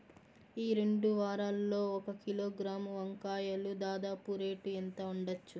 ఈ రెండు వారాల్లో ఒక కిలోగ్రాము వంకాయలు దాదాపు రేటు ఎంత ఉండచ్చు?